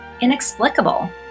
inexplicable